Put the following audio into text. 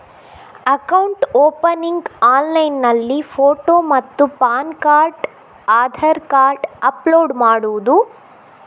Account opening ಆನ್ಲೈನ್ನಲ್ಲಿ photo ಮತ್ತು pan card Aadhaar card upload ಮಾಡುವುದು?